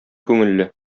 күңелле